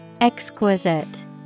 exquisite